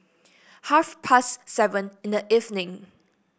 half past seven in the evening